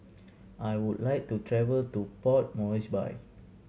I would like to travel to Port Moresby